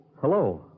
hello